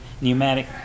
pneumatic